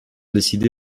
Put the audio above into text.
décidé